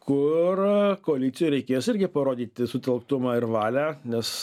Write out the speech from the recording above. kur koalicijai reikės irgi parodyti sutelktumą ir valią nes